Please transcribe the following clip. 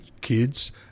kids